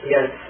Yes